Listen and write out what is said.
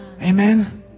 Amen